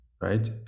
right